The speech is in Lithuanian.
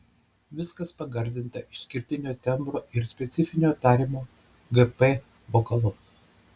viskas pagardinta išskirtinio tembro ir specifinio tarimo gp vokalu